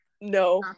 no